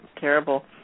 terrible